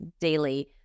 daily